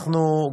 אנחנו,